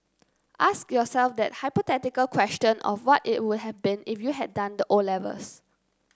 ask yourself that hypothetical question of what it would have been if you had done the O levels